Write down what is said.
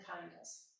kindness